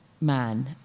man